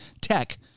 tech